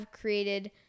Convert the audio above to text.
created